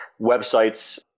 Websites